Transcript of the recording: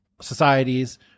societies